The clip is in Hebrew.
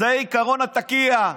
זה עקרון התקיה: